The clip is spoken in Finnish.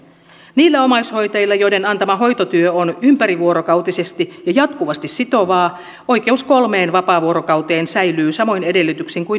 niillä omaishoitajilla joiden tekemä hoitotyö on ympärivuorokautisesti ja jatkuvasti sitovaa oikeus kolmeen vapaavuorokauteen säilyy samoin edellytyksin kuin nykyäänkin